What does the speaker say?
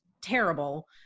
terrible